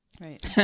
Right